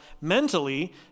mentally